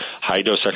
high-dose